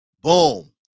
Boom